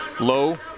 Low